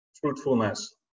fruitfulness